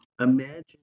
imagine